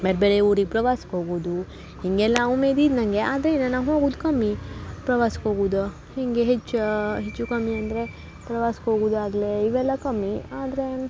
ಬೇರೆ ಊರಿಗೆ ಪ್ರವಾಸಕ್ಕೆ ಹೋಗೋದು ಹೀಗೆಲ್ಲ ಉಮೇದು ಇದೆ ನನಗೆ ಆದರೆ ನಾನು ಹೋಗುದು ಕಮ್ಮಿ ಪ್ರವಾಸಕ್ಕೆ ಹೋಗೂದ ಹೀಗೆ ಹೆಚ್ ಹೆಚ್ಚು ಕಮ್ಮಿ ಅಂದರೆ ಪ್ರವಾಸಕ್ಕೆ ಹೋಗೂದ್ ಆಗಲೇ ಇವೆಲ್ಲ ಆದರೆ